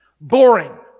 Boring